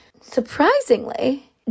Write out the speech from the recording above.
surprisingly